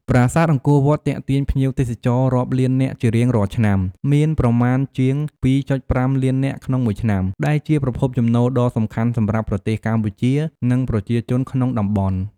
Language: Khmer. ប្រាសាទអង្គរវត្តទាក់ទាញភ្ញៀវទេសចររាប់លាននាក់ជារៀងរាល់ឆ្នាំ មានប្រមាណជាង ២.៥ លាននាក់ក្នុងមួយឆ្នាំ ដែលជាប្រភពចំណូលដ៏សំខាន់សម្រាប់ប្រទេសកម្ពុជា និងប្រជាជនក្នុងតំបន់។